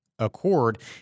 Accord